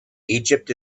egypt